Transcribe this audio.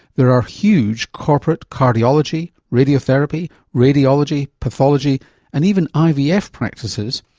there are huge corporate cardiology, radiotherapy, radiology, pathology and even ivf practices,